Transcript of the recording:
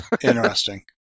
Interesting